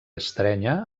estrènyer